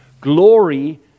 Glory